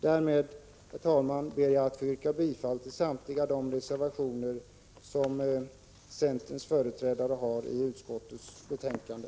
Därmed, herr talman, ber jag att få yrka bifall till samtliga de reservationer som centerns företrädare fogat till utskottets betänkande.